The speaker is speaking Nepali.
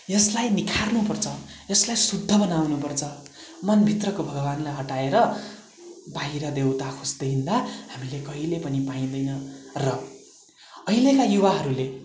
यसलाई निखार्नु पर्छ यसलाई शुद्ध बनाउनुपर्छ मनभित्रको भगवान्लाई हटाएर बाहिर देवता खोज्दै हिँड्दा हामीले कहिल्यै पनि पाइँदैन र अहिलेका युवाहरूले